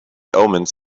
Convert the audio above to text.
omens